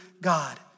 God